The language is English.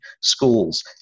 Schools